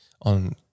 on